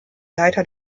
leiter